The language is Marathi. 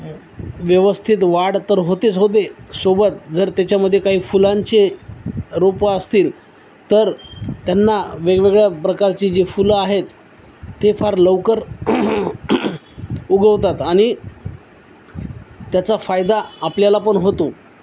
व्यवस्थित वाढ तर होतेच होते सोबत जर त्याच्यामध्ये काही फुलांचे रोपं असतील तर त्यांना वेगवेगळ्या प्रकारची जी फुलं आहेत ते फार लवकर उगवतात आणि त्याचा फायदा आपल्यालापण होतो